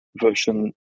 version